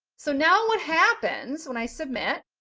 so now what happens when i submit?